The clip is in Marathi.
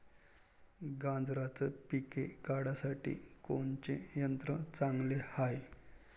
गांजराचं पिके काढासाठी कोनचे यंत्र चांगले हाय?